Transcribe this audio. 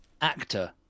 actor